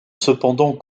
cependant